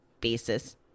basis